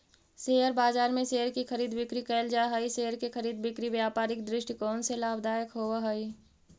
share बाजार में share की खरीद बिक्री कैल जा हइ शेयर के खरीद बिक्री व्यापारिक दृष्टिकोण से लाभदायक होवऽ हइ